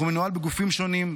אך הוא מנוהל בגופים שונים,